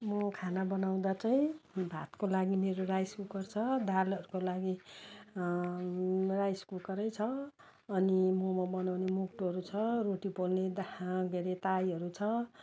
म खाना बनाउँदा चाहिँ भातको लागि मेरो राइस कुकर छ दालहरूको लागि राइस कुकर छ अनि मम बनाउने मोक्टुहरू छ रोटी पोल्ने दा के अरे ताईहरू छ